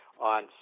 on